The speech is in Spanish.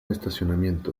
estacionamiento